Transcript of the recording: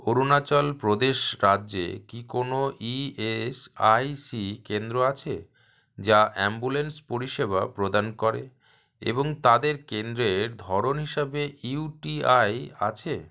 অরুণাচল প্রদেশ রাজ্যে কি কোনো ইএসআইসি কেন্দ্র আছে যা অ্যাম্বুলেন্স পরিষেবা প্রদান করে এবং তাদের কেন্দ্রের ধরন হিসাবে ইউটিআই আছে